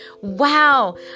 Wow